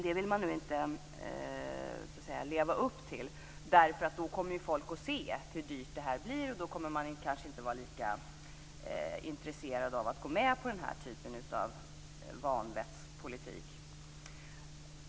Det vill man nu inte leva upp till, därför att då kommer folk att se hur dyrt det blir, och då kommer man inte att vara lika intresserad av att gå med på den typen av vanvettspolitik.